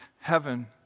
Heaven